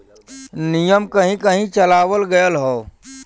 नियम कहीं कही चलावल गएल हौ